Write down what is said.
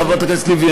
חברת הכנסת לבני,